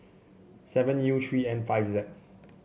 seven U three N five Z